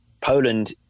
Poland